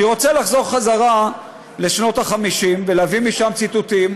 אני רוצה לחזור חזרה לשנות ה-50 ולהביא משם ציטוטים.